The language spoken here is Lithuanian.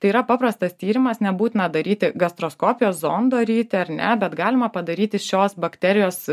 tai yra paprastas tyrimas nebūtina daryti gastroskopijos zondo ryti ar ne bet galima padaryti šios bakterijos